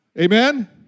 Amen